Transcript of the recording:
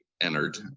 entered